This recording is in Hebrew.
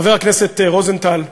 חבר הכנסת רוזנטל,